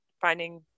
finding